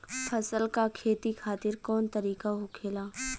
फसल का खेती खातिर कवन तरीका होखेला?